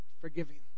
Forgiving